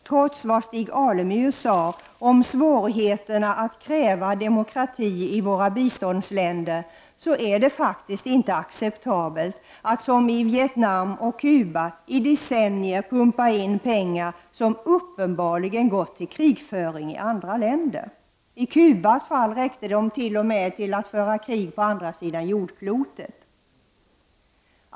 Trots vad Stig Alemyr sade om svårigheterna att kräva demokrati i våra biståndsländer, är det faktiskt inte acceptabelt att som i Vietnam och Cuba i decennier pumpa in pengar som uppenbarligen går till krigföring i andra länder. I Cubas fall räckte pengarna t.o.m. till att föra krig på andra sidan jordklotet.